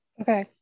okay